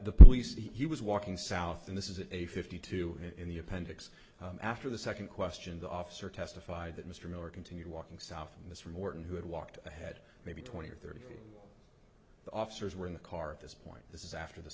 the police he was walking south and this is a fifty two in the appendix after the second question the officer testified that mr miller continued walking south from this from orton who had walked ahead maybe twenty or thirty feet the officers were in the car at this point this is after the